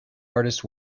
artist